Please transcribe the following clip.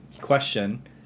question